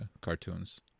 cartoons